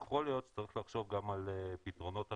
יכול להיות שצריך לחשוב גם על פתרונות אחרים,